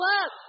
up